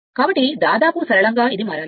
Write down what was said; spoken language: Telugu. కాబట్టి దాదాపు సరళంగా ఇది మారాలి